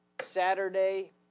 Saturday